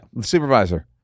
supervisor